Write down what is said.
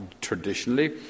traditionally